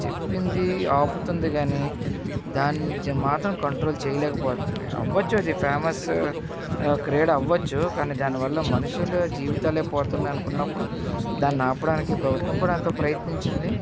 చెప్పింది ఆపుతుంది కానీ దానిని మాత్రం కంట్రోల్ చేయలేకపోతుంది అవ్వొచ్చు అది ఫేమస్ క్రీడ అవ్వొచ్చు కానీ దానివల్ల మనుషుల జీవితాలే పోతున్నాయి అనుకున్నప్పుడు దానిని ఆపడానికి ప్రభుత్వం కూడా ఎంతో ప్రయత్నించింది